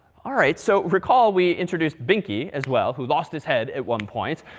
all right. so recall we introduced binky as well, who lost his head at one point,